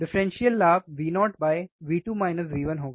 differential लाभ Vo होगा